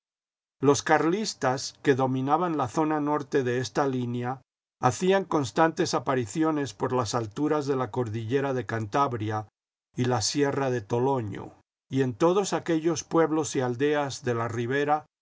los carlistas que dominaban la zona norte de esta línea hacían constantes apariciones por las alturas de la cordillera de cantabria y la sierra de toloño y en todos aquellos pueblos y aldeas de la ribera